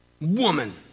woman